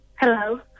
Hello